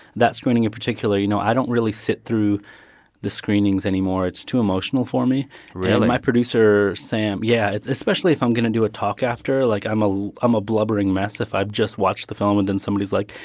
that screening in particular, you know, i don't really sit through the screenings anymore. it's too emotional for me really? and my producer sam yeah, especially if i'm going to do a talk after. like, i'm ah um a blubbering mess if i've just watched the film and then somebody's like,